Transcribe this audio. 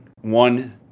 one